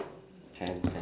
can can